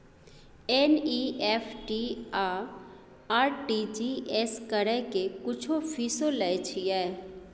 NEFT आ RTGS करै के कुछो फीसो लय छियै?